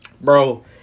Bro